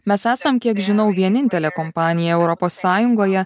mes esam kiek žinau vienintelė kompanija europos sąjungoje